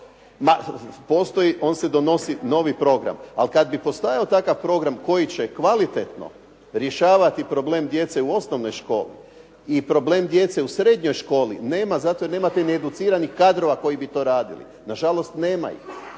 Ma postoji, on se donosi novi program, ali kad bi postojao takav program koji će kvalitetno rješavati problem djece u osnovne škole i problem djece u srednjoj školi, nema zato jer nemate ni educiranih kadrova koji bi to radili. Na žalost nema ih.